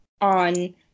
on